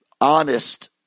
honest